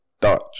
Dutch